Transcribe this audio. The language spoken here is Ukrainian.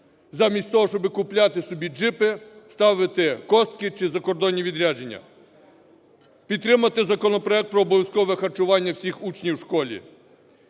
замість того, щоби купляти собі джипи, ставити костки чи закордонні відрядження. Підтримати законопроект про обов'язкове харчування всіх учнів в школі.